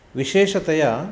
विशेषतया